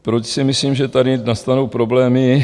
Proč si myslím, že tady nastanou problémy?